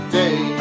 day